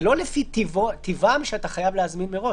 זה לא שאתה חייב להזמין מראש.